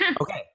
Okay